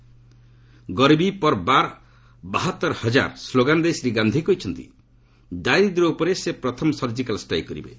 'ଗରିବି ପର୍ ବାର୍ ବାହାତର୍ ହଜାର୍' ସ୍ଲୋଗାନ୍ ଦେଇ ଶ୍ରୀ ଗାନ୍ଧି କହିଛନ୍ତି ଦାରିଦ୍ର୍ୟ ଉପରେ ସେ ପ୍ରଥମ ସଜ୍ରିକାଲ୍ ଷ୍ଟ୍ରାଇକ୍ କରିବେ